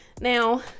Now